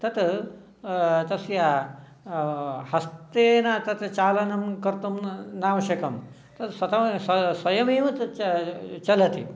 तत् तस्य हस्तेन तत् चालनं कर्तुं न नावश्यकं तत् स्वतः स्वयमेव तत् चलति